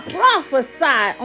prophesy